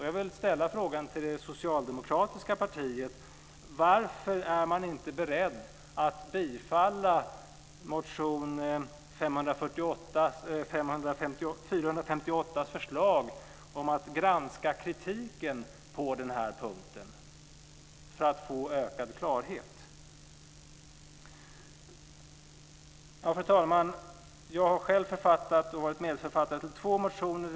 Jag vill ställa frågan till det socialdemokratiska partiet: Varför är man inte beredd att bifalla förslaget i motion 458 om att granska kritiken på den här punkten för att få ökad klarhet? Fru talman! Jag har själv författat och varit medförfattare till två motioner.